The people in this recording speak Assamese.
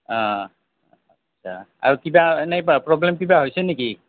আঁ আচ্ছা আৰু কিবা এনেই পা প্ৰব্লেম কিবা হৈছে নেকি